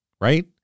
right